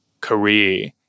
career